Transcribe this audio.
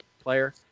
player